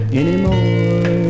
anymore